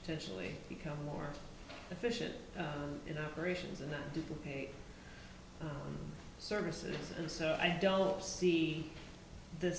potentially become more efficient in operations and that people pay services and so i don't see th